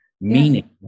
Meaning